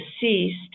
deceased